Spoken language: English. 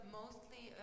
mostly